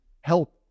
help